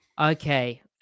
Okay